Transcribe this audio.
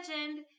legend